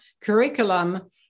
curriculum